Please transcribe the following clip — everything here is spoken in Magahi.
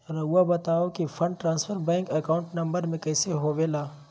रहुआ बताहो कि fund transfer bank account number में कैसे होबेला?